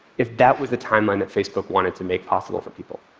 if that was the timeline that facebook wanted to make possible for people.